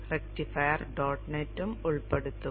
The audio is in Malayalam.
റക്റ്റിഫയർ ഡോട്ട് നെറ്റും ഉൾപ്പെടുത്തുക